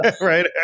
right